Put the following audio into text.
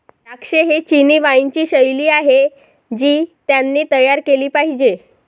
द्राक्षे ही चिनी वाइनची शैली आहे जी त्यांनी तयार केली पाहिजे